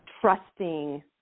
trusting